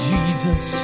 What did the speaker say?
Jesus